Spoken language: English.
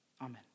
Amen